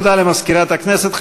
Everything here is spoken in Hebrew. תודה למזכירת הכנסת.